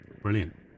Brilliant